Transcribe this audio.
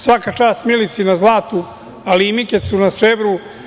Svaka čast Milici na zlatu, ali i Mikecu na srebru.